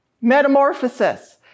Metamorphosis